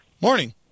Morning